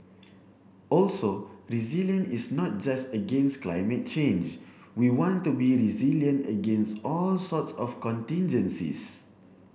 also resilience is not just against climate change we want to be resilient against all sorts of contigencies